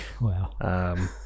Wow